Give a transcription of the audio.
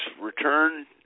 return